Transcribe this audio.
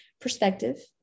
Perspective